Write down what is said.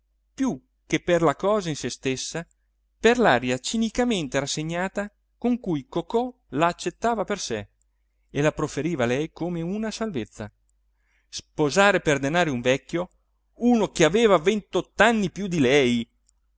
più che per la cosa in se stessa per l'aria cinicamente rassegnata con cui cocò la accettava per sé e la profferiva a lei come una salvezza sposare per denari un vecchio uno che aveva ventotto anni più di lei